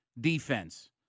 defense